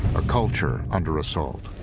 a culture under assault.